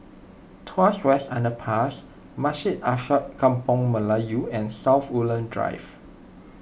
Tuas West Underpass Masjid Alkaff Kampung Melayu and South Woodlands Drive